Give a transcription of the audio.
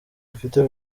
mfite